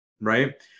right